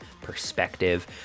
perspective